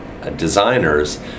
Designers